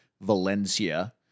Valencia